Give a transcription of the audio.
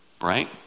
Right